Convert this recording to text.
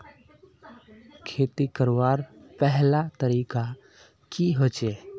खेती करवार पहला तरीका की होचए?